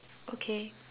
okay